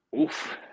Oof